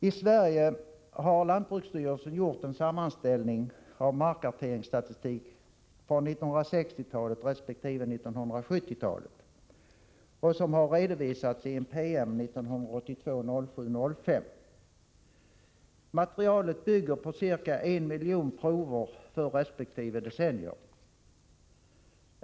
I Sverige har lantbruksstyrelsen gjort en sammanställning av markkarteringsstatistik från 1960-talet resp. 1970-talet, vilken har redovisats i en PM den 5 juli 1982. Materialet bygger på ca 1 miljon prover från resp. decennium.